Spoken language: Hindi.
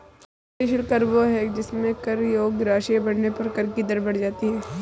एक प्रगतिशील कर वह है जिसमें कर योग्य राशि बढ़ने पर कर की दर बढ़ जाती है